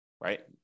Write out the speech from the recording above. right